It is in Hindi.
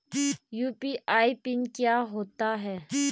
यु.पी.आई पिन क्या होता है?